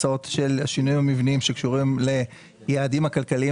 והשינויים המבניים שקשורים ליעדים הכלכליים